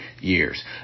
years